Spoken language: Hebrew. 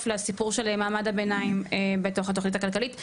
לסיפור של מעמד הביניים בתוך התוכנית הכלכלית.